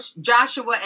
Joshua